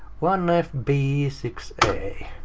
one f b six a.